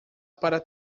para